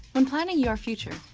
um planning your future,